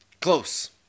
close